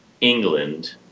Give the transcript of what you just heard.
England